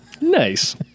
Nice